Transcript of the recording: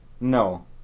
No